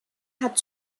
hat